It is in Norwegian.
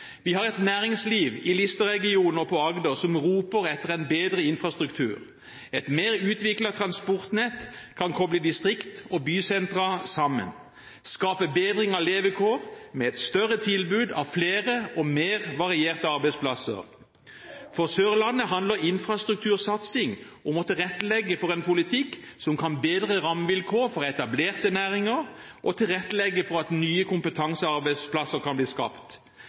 Vi har et næringsliv i Lister-regionen og på Agder som roper etter en bedre infrastruktur. Et mer utviklet transportnett kan koble distrikt og bysentra sammen, skape bedring av levekår med et større tilbud av flere og mer varierte arbeidsplasser. For Sørlandet handler infrastruktursatsing om å tilrettelegge for en politikk som kan bedre rammevilkårene for etablerte næringer og tilrettelegge for at nye kompetansearbeidsplasser kan bli skapt.